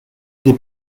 des